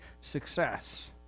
success